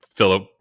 Philip